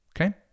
Okay